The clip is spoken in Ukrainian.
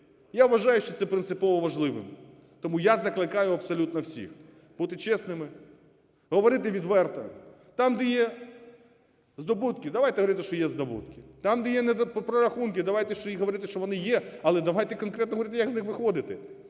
Я вважаю, що це принципово важливе. Тому я закликаю абсолютно всіх бути чесними, говорити відверто. Там, де є здобутки, давайте говорити, що є здобутки. Там, де є прорахунки, давайте говорити, що вони є. Але давайте конкретно говорити, як з них виходити.